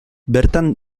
bertan